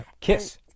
Kiss